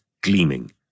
gleaming